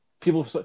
people